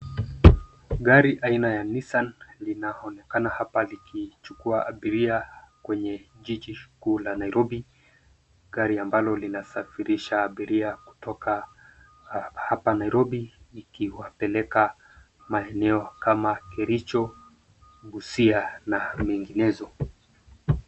Gari aina ya Nissan linaonekana hapa likichukua abiria kwenye jiji kuu la Nairobi. Gari ambalo linasafirisha abiria kutoka hapa Nairobi ikiwapeleka maeneo kama Kericho, Busia na menginezo.